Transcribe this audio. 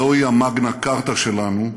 זוהי ה'מגנה כרטה' שלנו,